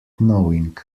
knowing